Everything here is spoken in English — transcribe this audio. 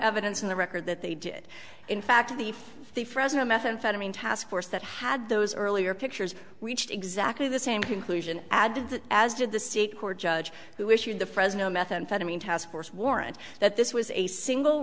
evidence in the record that they did in fact the the fresno methamphetamine task force that had those earlier pictures reached exactly the same conclusion add to that as did the state court judge who issued the fresno methamphetamine task force warrant that this was a single